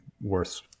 worse